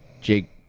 Jake